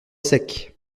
sec